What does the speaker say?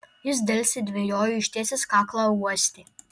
jis delsė dvejojo ištiesęs kaklą uostė